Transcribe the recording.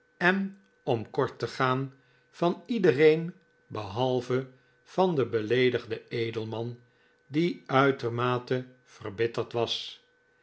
en om kort te gaan van iedereen behalve van den beleedigden edelman die uitermate verbitterd was